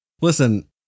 Listen